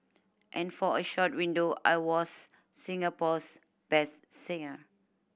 and for a short window I was Singapore's best singer